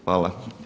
Hvala.